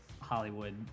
Hollywood